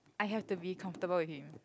I have to be comfortable with him